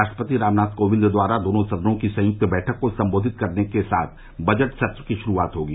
राष्ट्रपति रामनाथ कोविंद द्वारा दोनों सदनों की संयुक्त बैठक को सम्बोधन के साथ बजट सत्र की शुरूआत होगी